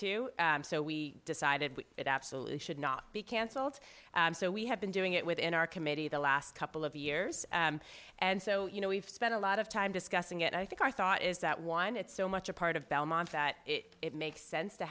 to so we decided it absolutely should not be cancelled so we have been doing it within our committee the last couple of years and so you know we've spent a lot of time discussing it i think our thought is that one it's so much a part of belmont that it makes sense to